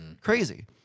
Crazy